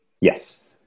Yes